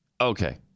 Okay